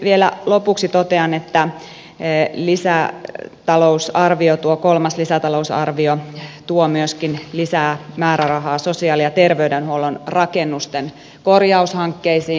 vielä lopuksi totean että kolmas lisätalousarvio tuo myöskin lisää määrärahaa sosiaali ja terveydenhuollon rakennusten korjaushankkeisiin